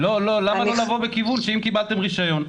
למה לא לבוא בכיוון שאם קיבלתם רישיון,